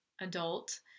adult